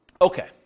Okay